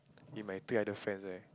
with my three other friends right